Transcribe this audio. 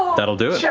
that'll do yeah